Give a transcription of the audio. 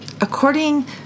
according